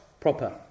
proper